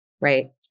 right